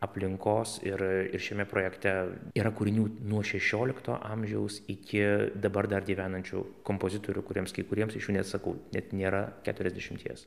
aplinkos ir ir šiame projekte yra kūrinių nuo šešiolikto amžiaus iki dabar dar gyvenančių kompozitorių kuriems kai kuriems iš jų net sakau net nėra keturiasdešimties